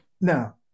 Now